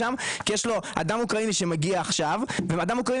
אדם אוקראיני שהגיע עכשיו ואדם אוקראיני